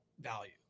value